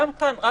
גם כאן רק